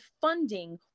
funding